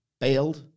bailed